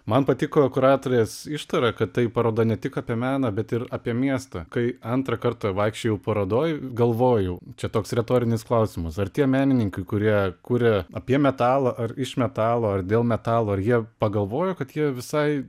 man patiko kuratorės ištara kad tai paroda ne tik apie meną bet ir apie miestą kai antrą kartą vaikščiojau parodoj galvojau čia toks retorinis klausimas ar tie menininkai kurie kuria apie metalą ar iš metalo ar dėl metalo ar jie pagalvojo kad jie visai